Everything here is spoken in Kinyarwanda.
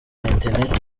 internet